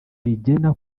rigena